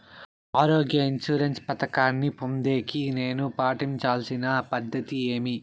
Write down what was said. ఆరోగ్య ఇన్సూరెన్సు పథకాన్ని పొందేకి నేను పాటించాల్సిన పద్ధతి ఏమి?